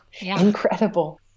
incredible